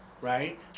Right